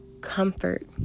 comfort